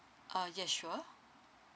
ah yes sure